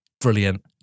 Brilliant